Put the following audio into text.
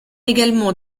également